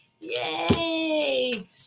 Yay